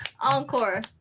Encore